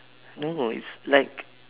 no it's like